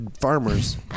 farmers